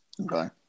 Okay